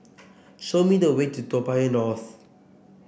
show me the way to Toa Payoh North